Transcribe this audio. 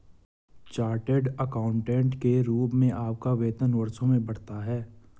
chartered accountant के रूप में आपका वेतन वर्षों में बढ़ता है